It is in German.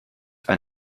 ein